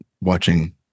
watching